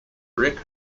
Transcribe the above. rick